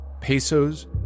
pesos